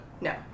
No